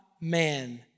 man